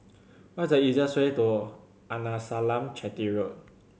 what is the easiest way to Arnasalam Chetty Road